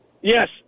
Yes